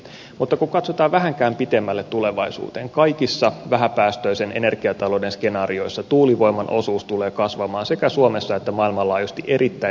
mutta kun katsotaan vähänkään pitemmälle tulevaisuuteen kaikissa vähäpäästöisen energiatalouden skenaarioissa tuulivoiman osuus tulee kasvamaan sekä suomessa että maailmanlaajuisesti erittäin merkittäväksi